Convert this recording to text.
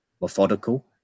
methodical